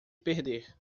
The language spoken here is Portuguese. perder